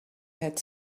had